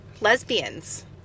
lesbians